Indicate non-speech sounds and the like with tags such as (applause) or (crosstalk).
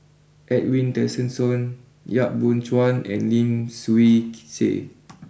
Edwin Tessensohn Yap Boon Chuan and Lim Swee (unintelligible) Say